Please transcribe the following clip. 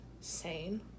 sane